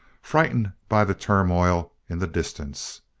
frightened by the turmoil, in the distance.